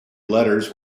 letters